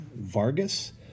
Vargas